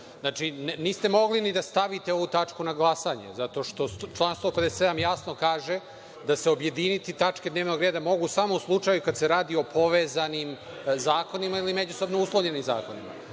Znači, niste mogli ni da stavite ovu tačku na glasanje zato što član 157. jasno kaže da se tačke dnevnog reda mogu objediniti samo u slučaju kada se radi o povezanim zakonima ili međusobno uslovljenim zakonima.